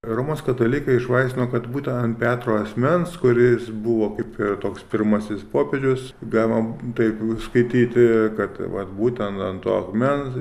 romos katalikai išlaisvino kad būtent ant petro asmens kuris buvo kaip toks pirmasis popiežius gavom taip skaityti kad tai vat būtent ant to akmens